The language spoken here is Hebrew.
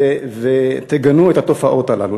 ותגנו את התופעות הללו.